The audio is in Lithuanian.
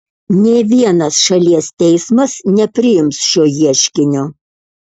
nė vienas šalies teismas nepriims šio ieškinio